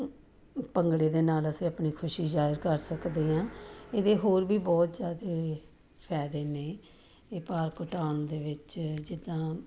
ਭੰਗੜੇ ਦੇ ਨਾਲ ਅਸੀਂ ਆਪਣੀ ਖੁਸ਼ੀ ਜ਼ਾਹਰ ਕਰ ਸਕਦੇ ਹਾਂ ਇਹਦੇ ਹੋਰ ਵੀ ਬਹੁਤ ਜ਼ਿਆਦਾ ਫਾਇਦੇ ਨੇ ਇਹ ਭਾਰ ਘਟਾਉਣ ਦੇ ਵਿੱਚ ਜਿੱਦਾਂ